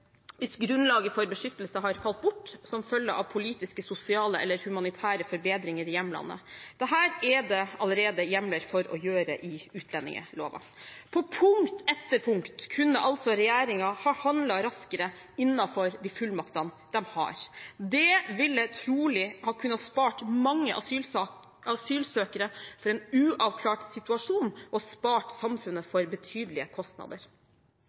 hvis grunnlaget for beskyttelse har falt bort som følge av politiske, sosiale eller humanitære forbedringer i hjemlandet. Dette er det allerede hjemler for å gjøre i utlendingsloven. På punkt etter punkt kunne altså regjeringen ha handlet raskere innenfor de fullmaktene de har. Det ville trolig ha kunnet spart mange asylsøkere for en uavklart situasjon og spart samfunnet for betydelige kostnader.